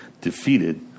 defeated